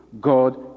God